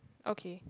okay